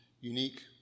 unique